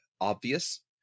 obvious